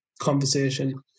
conversation